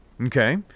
Okay